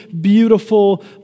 beautiful